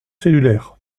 cellulaires